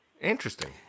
Interesting